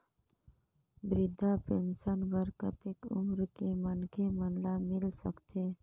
वृद्धा पेंशन बर कतेक उम्र के मनखे मन ल मिल सकथे?